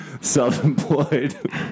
Self-employed